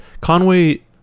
Conway